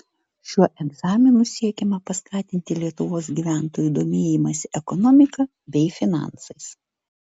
šiuo egzaminu siekiama paskatinti lietuvos gyventojų domėjimąsi ekonomika bei finansais